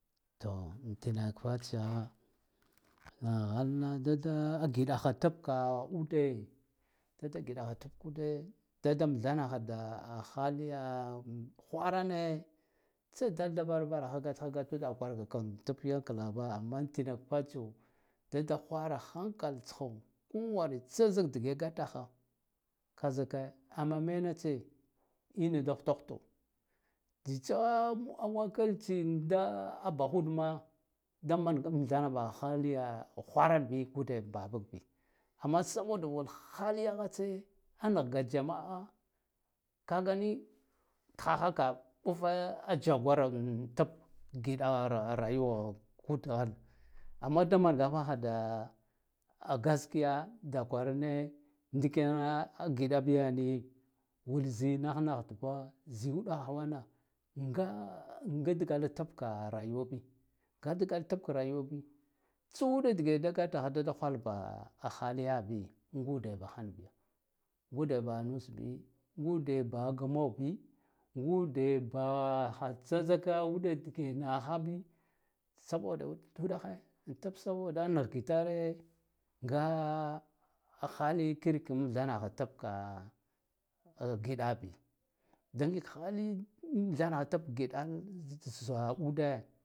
To an tinak fatsiya a halna dada a giɗah a tabka ude dadda gidaha tabkude dada mthandhha hadiya hwarane tsadul da va ra varaha gat ha gatude a kwarga kwara tuk yan ka lava amma an tinak fatsiya dada hwara kankal tsho kowar tsazik dige gataho ka zika amma mentse ine da huta huto tsitsa a wakil tsi da bahud ma da manga am thana bahha hayabiya hwaran bi kudi bahabug bi amma sabota war haliyaha tse a nahga jama'a kaga ni thaha ka ɓufe a jagora an tab giɗa ar rayuea uddahane amma da manga bahhda da a gaskiya a da kwarane ndikene giɗa biya ni ngud zi nah nah dugwa zi uɗahe nga nga dgala tab ka rayuwa bi ka dgala tab ka rayuwabi tsa uɗa dige da gatcha dada hwarba a haliya bi ngude bajhan bi ngude baha nus bi ngude baha gmanbi ngude baha tsa zke udige nahabi sa beda uɗahe an tab saboda nah gitare nga hali kirki amtha nahha tabka a giɗa bi da ngig hali amtha nahha tab giɗaha za ude.